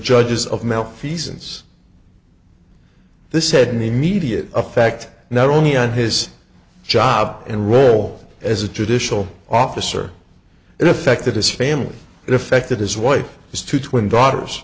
judges of malfeasance they said the immediate effect not only on his job and role as a judicial officer it affected his family and affected his wife his two twin daughters